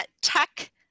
tech